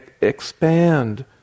expand